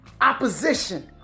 opposition